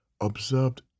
observed